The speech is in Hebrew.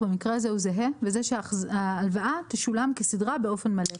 במקרה הזה הוא זהה וזה שההלוואה תשולם כסדרה באופן מלא.